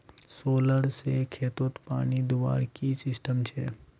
Solar से खेतोत पानी दुबार की सिस्टम छे?